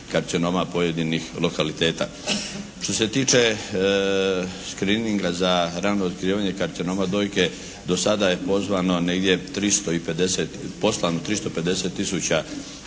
karcinoma pojedinih lokaliteta. Što se tiče screeninga za rano otkrivanje karcinoma dojke do sada je pozvano negdje